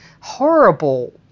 horrible